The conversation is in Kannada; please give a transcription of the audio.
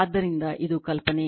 ಆದ್ದರಿಂದ ಇದು ಕಲ್ಪನೆ